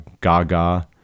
Gaga